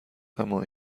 اما